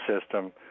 system